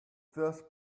this